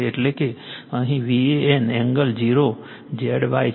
એટલે કે અહીં VAN એંગલ 0ZY છે